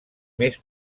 més